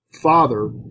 father